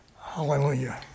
Hallelujah